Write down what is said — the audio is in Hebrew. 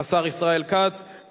השר ישראל כץ.